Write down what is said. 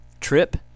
trip